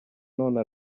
none